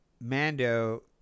Mando